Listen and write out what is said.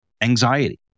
anxiety